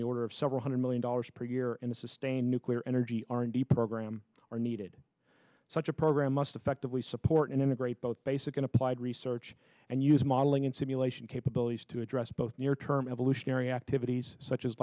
the order of several hundred million dollars per year in a sustained nuclear energy r and d program are needed such a program must effectively support and integrate both basic and applied research and use modeling and simulation capabilities to address both near term evolutionary activities such